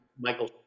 Michael